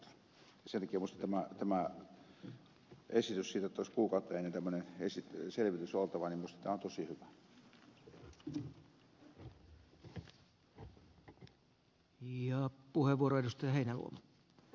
sen takia minusta tämä esitys siitä jotta olisi kuukautta ennen tämmöinen selvitys oltava on tosi hyvä